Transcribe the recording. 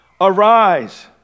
Arise